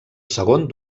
segon